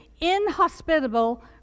inhospitable